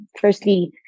firstly